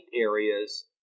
areas